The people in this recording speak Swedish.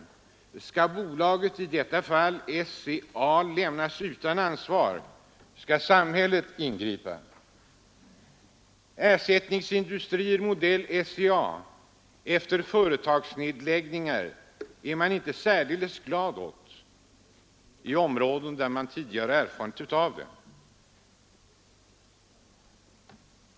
Skall bolaget, i detta fall SCA, lämnas utan ansvar? Skall samhället ingripa? Ersättningsindustrier modell SCA efter företagsnedläggningar är man inte särskilt glad åt i områden där man tidigare har erfarenhet av det.